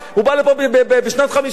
הוא בא לפה בשנת 1951,